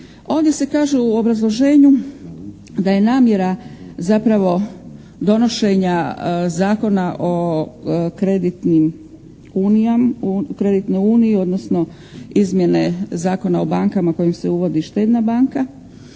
Ovdje se kaže u obrazloženju da je namjera zapravo donošenja Zakona o kreditnim, kreditnoj uniji odnosno izmjene Zakona o bankama kojim se uvodi štedna banka